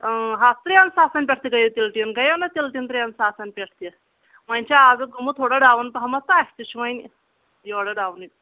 ٲں ہَتھ ترٛٮ۪ن ساسن پٮ۪ٹھ تہ گٔیاو تل ٹیٖن گٔیاو نَہ تل ٹیٖن ترٛین ساسن پٮ۪ٹھ تہِ وۄنۍ چھُ آز اتھ گوٚمُت تھوڑا ڈاون پہمتھ تہ اسہِ تہ چھُ وۄنۍ یورٕ ڈاونٕے